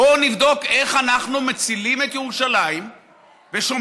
בואו נבדוק איך אנחנו מצילים את ירושלים ושומרים